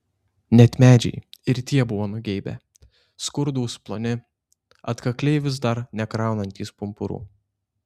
net medžiai ir tie buvo nugeibę skurdūs ploni atkakliai vis dar nekraunantys pumpurų